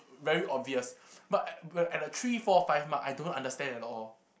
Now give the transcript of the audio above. very obvious but at at a three four five mark I don't understand at all